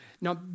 Now